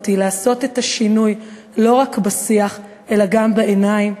לעשות את השינוי לא רק בשיח אלא גם בעיניים,